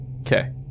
Okay